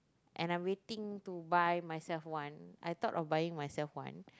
and I'm waiting to buy myselF-one I thought of buying myselF-one